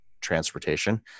transportation